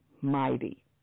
mighty